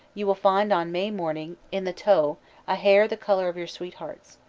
you will find on may morning in the toe a hair the color of your sweetheart's.